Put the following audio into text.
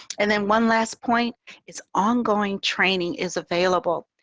and then one last point is ongoing training is available.